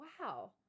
wow